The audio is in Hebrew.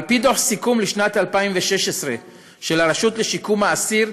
על פי דוח סיכום לשנת 2016 של הרשות לשיקום האסיר,